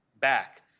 back